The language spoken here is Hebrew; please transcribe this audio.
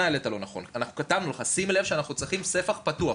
העלית לא נכון וכתבנו לך: שים לב שאנחנו צריכים ספח פתוח,